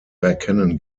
erkennen